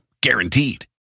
Guaranteed